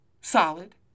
Solid